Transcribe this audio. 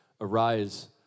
Arise